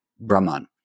brahman